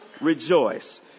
rejoice